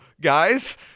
guys